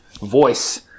voice